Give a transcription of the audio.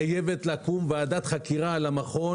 חייבת לקום ועדת חקירה על המכון.